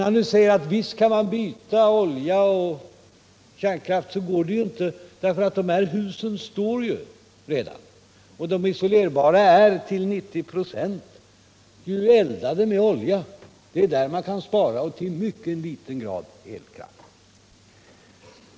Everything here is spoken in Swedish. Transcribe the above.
Han säger att man visst kan byta olja och kärnkraft, men det går inte, eftersom husen ju finns där redan. De isolerbara husen är f. ö. till 90 26 eldade med olja, och det är på den man kan spara. Endast i mycket liten utsträckning kan man spara elkraft.